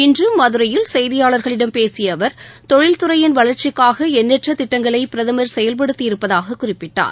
இன்று மதுரையில் செய்தியாளா்களிடம் பேசிய அவா் தொழில் துறையின் வளா்ச்சிக்காக எண்ணற்ற திட்டங்களை பிரதமர் செயல்படுத்தி இருப்பதாகக் குறிப்பிட்டார்